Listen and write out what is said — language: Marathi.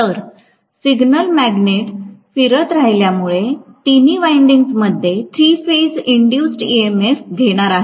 तर सिग्नल मॅग्नेट फिरत राहिल्यामुळे तिन्ही वाईन्डिन्ग मध्ये थ्री फेज इनडूसड ईएमएफ घेणार आहे